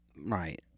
Right